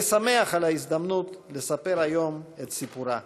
אני שמח על ההזדמנות לספר היום את סיפורה.